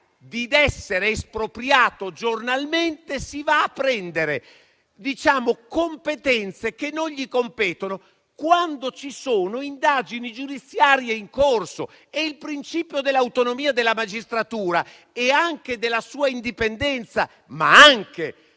di essere espropriato giornalmente si va a prendere competenze che non gli spettano quando ci sono indagini giudiziarie in corso e il principio dell'autonomia della magistratura e anche della sua indipendenza, ma anche